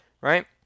right